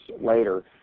later